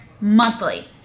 monthly